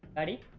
at any